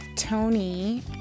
Tony